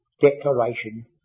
declaration